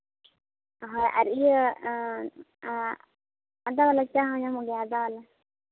ᱦᱳᱭ ᱟᱨ ᱤᱭᱟᱹ ᱟᱫᱟ ᱢᱮᱥᱟ ᱪᱟ ᱦᱚᱸ ᱧᱟᱢᱚᱜ ᱜᱮᱭᱟ ᱟᱫᱟ ᱵᱟᱞᱟ